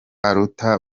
aruta